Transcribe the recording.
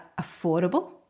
affordable